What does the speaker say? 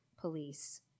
police